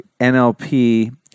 NLP